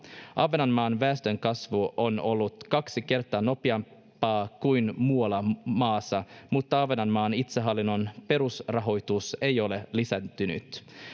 ahvenanmaan väestönkasvu on ollut kaksi kertaa nopeampaa kuin muualla maassa mutta ahvenanmaan itsehallinnon perusrahoitus ei ole lisääntynyt